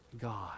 God